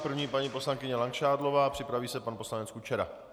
První paní poslankyně Langšádlová, připraví se pan poslanec Kučera.